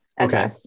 Okay